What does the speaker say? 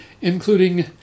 including